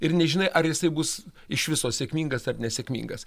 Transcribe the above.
ir nežinai ar jisai bus iš viso sėkmingas ar nesėkmingas